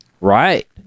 right